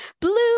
blue